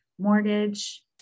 mortgage